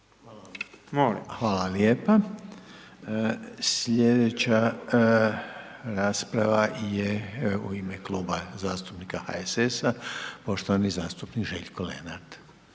Hvala lijepa. Sljedeća rasprava je u ime Kluba zastupnika HSS-a, poštovani zastupnik Željko Lenart.